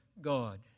God